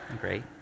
Great